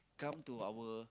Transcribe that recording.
come to our